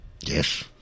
Yes